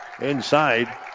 inside